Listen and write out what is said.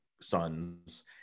sons